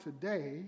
today